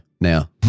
now